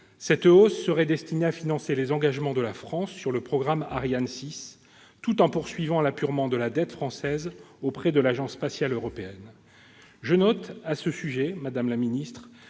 Cette hausse serait destinée à financer les engagements de la France sur le programme Ariane 6, tout en poursuivant l'apurement de la dette française auprès de l'Agence spatiale européenne, l'ESA. Je note à ce sujet, madame la ministre,